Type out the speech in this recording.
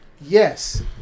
yes